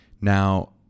Now